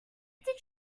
did